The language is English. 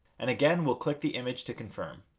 and again we'll click the image to confirm.